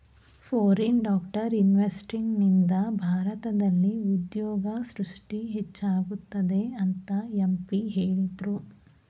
foreign direct ಇನ್ವೆಸ್ತ್ಮೆಂಟ್ನಿಂದ ಭಾರತದಲ್ಲಿ ಉದ್ಯೋಗ ಸೃಷ್ಟಿ ಹೆಚ್ಚಾಗುತ್ತದೆ ಅಂತ ಪಿ.ಎಂ ಹೇಳಿದ್ರು